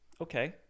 Okay